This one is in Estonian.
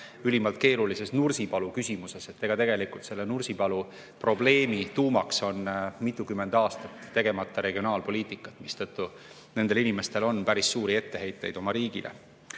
ülimalt keerulises Nursipalu küsimuses. Tegelikult selle Nursipalu probleemi tuumaks on mitukümmend aastat tegemata regionaalpoliitika, mistõttu nendel inimestel on päris suuri etteheiteid oma riigile. Teiseks